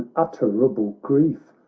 unutterable grief!